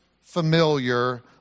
familiar